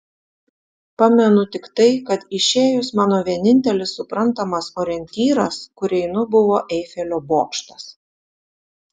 pamenu tik tai kad išėjus mano vienintelis suprantamas orientyras kur einu buvo eifelio bokštas